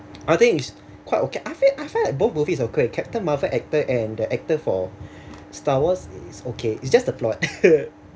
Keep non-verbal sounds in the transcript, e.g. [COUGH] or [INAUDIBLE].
I think it's quite okay I feel I feel like both movies are okay captain marvel actor and the actor for star wars is okay it's just the plot [LAUGHS]